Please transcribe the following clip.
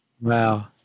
wow